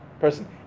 person